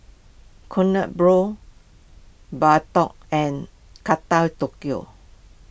Kronenbourg Bardot and Kata Tokyo